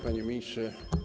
Panie Ministrze!